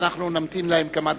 אנחנו נמתין להם כמה דקות.